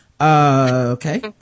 okay